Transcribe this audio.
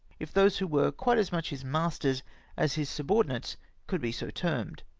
if those who were quite as much his masters as his sub ordinates could be so termed.